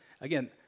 again